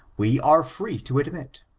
we are free to admit.